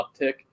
uptick